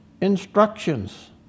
instructions